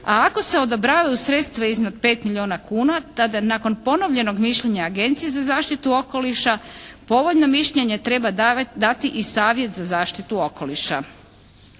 a ako se odobravaju sredstva iznad 5 milijona kuna tada nakon ponovljenog mišljenja Agencije za zaštitu okoliša povoljno mišljenje treba dati i Savjet za zaštitu okoliša.